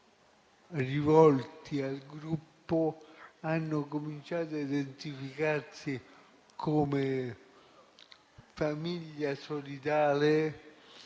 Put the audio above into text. rivolti al gruppo e hanno cominciato a identificarsi come famiglia solidale